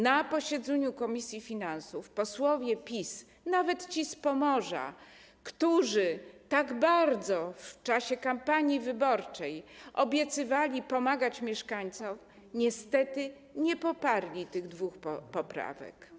Na posiedzeniu komisji finansów posłowie PiS, nawet ci z Pomorza, którzy tak bardzo w czasie kampanii wyborczej obiecywali pomagać mieszkańcom, niestety nie poparli tych dwóch poprawek.